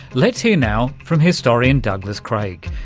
let's hear now from historian douglas craig,